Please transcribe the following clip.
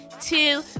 two